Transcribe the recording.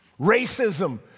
Racism